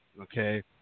Okay